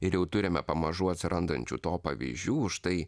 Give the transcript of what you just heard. ir jau turime pamažu atsirandančių to pavyzdžių štai